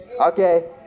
Okay